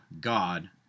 God